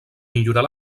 millorar